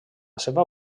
seva